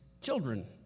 children